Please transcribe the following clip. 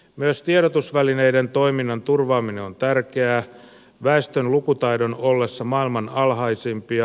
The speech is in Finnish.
myös tiedotusvälineiden toiminnan turvaaminen on tärkeää väestön lukutaidon ollessa maailman alhaisimpia